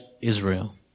Israel